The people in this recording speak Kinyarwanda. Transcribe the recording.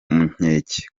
nkeke